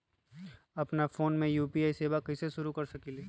अपना फ़ोन मे यू.पी.आई सेवा कईसे शुरू कर सकीले?